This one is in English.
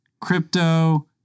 crypto –